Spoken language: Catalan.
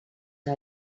que